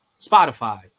Spotify